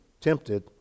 tempted